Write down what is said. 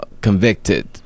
convicted